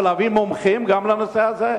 ולהביא מומחים גם לנושא הזה.